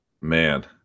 Man